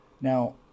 Now